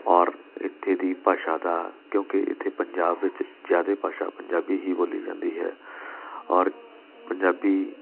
ਔਰ ਇੱਥੇ ਦੀ ਭਾਸ਼ਾ ਦਾ ਕਿਉਂਕਿ ਇੱਥੇ ਪੰਜਾਬ ਵਿੱਚ ਜ਼ਿਆਦਾ ਭਾਸ਼ਾ ਪੰਜਾਬੀ ਹੀ ਬੋਲੀ ਜਾਂਦੀ ਹੈ ਔਰ ਪੰਜਾਬੀ